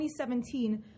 2017